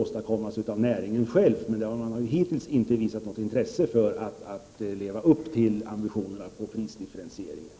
Hittills har näringen dock inte visat något intresse av att leva upp till ambitionerna i fråga om prisdifferentieringen.